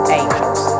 angels